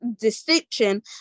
distinction